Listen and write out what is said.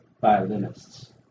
violinists